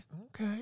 Okay